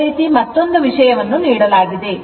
ಅದೇ ರೀತಿ ಮತ್ತೊಂದು ವಿಷಯವನ್ನು ನೀಡಲಾಗಿದೆ